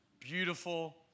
Beautiful